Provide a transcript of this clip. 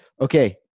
okay